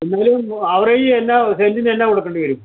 എന്തെങ്കിലും ആവറേജ് എന്നാ സെൻറ്റിനെന്നാ കൊടുക്കേണ്ടി വരും